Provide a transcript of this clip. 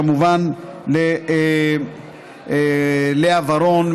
וכמובן ללאה ורון,